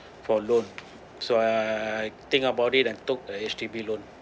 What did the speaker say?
for loan so I think about it and took the H_D_B loan